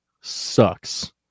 sucks